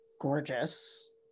gorgeous